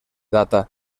data